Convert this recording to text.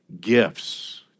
gifts